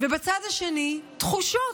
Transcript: ובצד השני, תחושות,